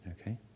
Okay